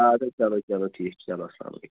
اَدٕ سا چلو چلو ٹھیٖک چھُ چلو اسلامُ علیکُم